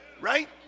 Right